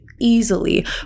easily